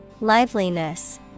Liveliness